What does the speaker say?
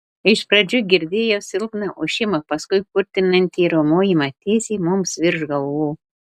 iš pradžių girdėjau silpną ošimą paskui kurtinantį riaumojimą tiesiai mums virš galvų